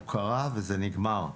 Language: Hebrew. הוא קרא וזה נגמר.